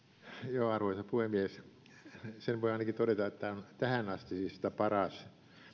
vastaamaan arvoisa puhemies sen voin ainakin todeta että tämä on tähänastisista paras